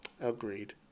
Agreed